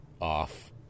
off